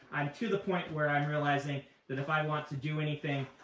i'm to the point where i'm realizing that if i want to do anything,